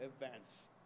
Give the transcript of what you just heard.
events